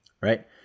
Right